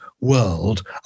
world